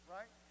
Right